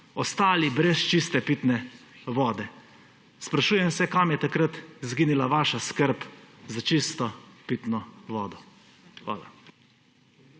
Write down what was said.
ostali brez čiste pitne vode? Sprašujem se, kam je takrat zginila vaša skrb za čisto pito vodo. Hvala.